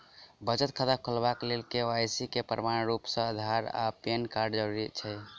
बचत खाता खोलेबाक लेल के.वाई.सी केँ प्रमाणक रूप मेँ अधार आ पैन कार्डक जरूरत होइ छै